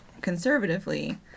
conservatively